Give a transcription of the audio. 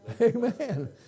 Amen